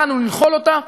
באנו לנחול אותה.